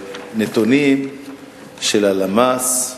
נתונים של הלמ"ס,